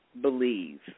believe